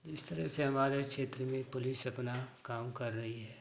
जिस तरह से हमारे क्षेत्र में पुलिस अपना काम कर रही है